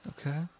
Okay